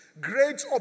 great